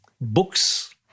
books